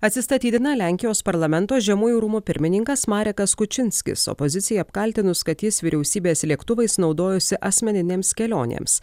atsistatydina lenkijos parlamento žemųjų rūmų pirmininkas marekas kučinskis opozicijai apkaltinus kad jis vyriausybės lėktuvais naudojosi asmeninėms kelionėms